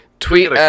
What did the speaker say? Tweet